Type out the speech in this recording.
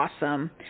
awesome